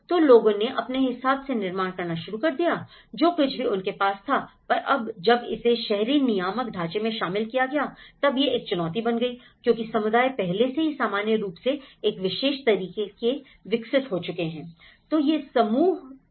तो लोगों ने अपने हिसाब से निर्माण करना शुरू कर दिया जो कुछ भी उनके पास था पर अब जब इसे शहरी नियामक ढांचे मैं शामिल किया गया तब यह एक चुनौती बन गई क्योंकि समुदाय पहले से ही सामान्य रूप से एक विशेष तरीके से विकसित हो चुके हैं